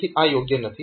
તેથી આ યોગ્ય નથી